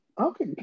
Okay